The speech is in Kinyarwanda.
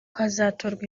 hazatorwa